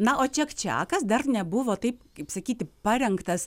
na o čiakčiakas dar nebuvo taip kaip sakyti parengtas